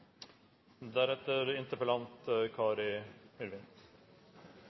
Deretter er det